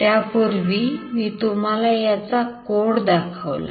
त्यापूर्वी मी तुम्हाला याचा code दाखवला